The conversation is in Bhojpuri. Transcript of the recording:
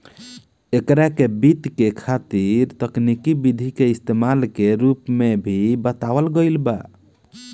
एकरा के वित्त के खातिर तकनिकी विधि के इस्तमाल के रूप में भी बतावल गईल बा